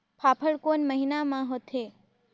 फाफण कोन महीना म होथे?